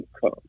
come